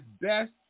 best